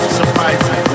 surprising